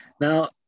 now